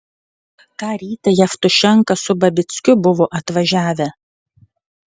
tą rytą jevtušenka su babickiu buvo atvažiavę